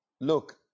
look